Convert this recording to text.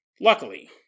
Luckily